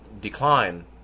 decline